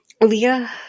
Leah